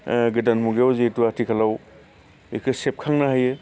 गोदान मुगायाव जिहेतु आथिखालाव बेखौ सेबखांनो हायो